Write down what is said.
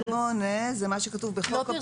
בעמוד 8 זה מה שכתוב בחוק הפיקוח.